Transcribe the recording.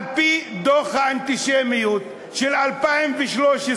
על-פי דוח האנטישמיות של 2013,